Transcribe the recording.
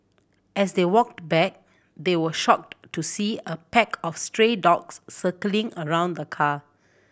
as they walked back they were shocked to see a pack of stray dogs circling around the car